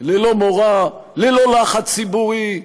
ללא מורא, ללא לחץ ציבורי,